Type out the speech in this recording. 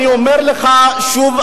אני אומר לך שוב,